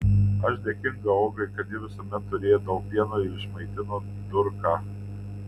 aš dėkinga ogai kad ji visuomet turėjo daug pieno ir išmaitino durką